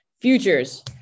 futures